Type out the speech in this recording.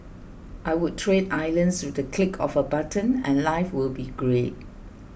I would trade islands with the click of a button and life would be great